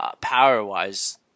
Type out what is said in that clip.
power-wise